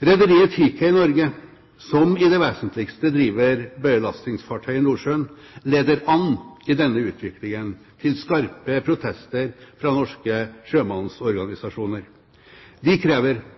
Rederiet Teekay Norway AS, som i det vesentligste driver bøyelastingsfartøy i Nordsjøen, leder an i denne utviklingen – til skarpe protester fra norske sjømannsorganisasjoner. De krever